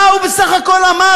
מה הוא בסך הכול אמר?